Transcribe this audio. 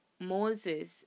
Moses